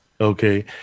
Okay